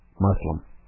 Muslim